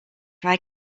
try